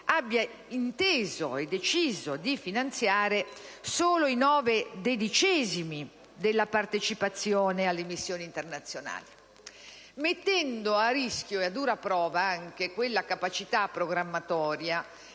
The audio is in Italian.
abbia anche deciso di finanziare solo i nove dodicesimi della partecipazione alle missioni internazionali. In tal modo si mette a rischio e a dura prova la capacità programmatoria